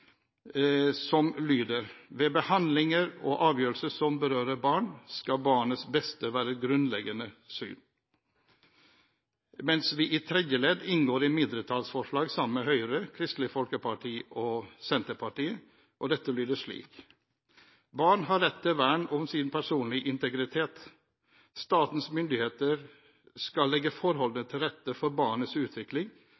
som lyder: «Ved handlinger og avgjørelser som berører barn, skal barnets beste være et grunnleggende hensyn.» I tredje ledd inngår vi i mindretallsforslag sammen med Høyre, Kristelig Folkeparti og Senterpartiet, og dette lyder slik: «Barn har rett til vern om sin personlige integritet. Statens myndigheter skal legge